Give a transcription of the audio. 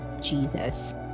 Jesus